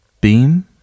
Beam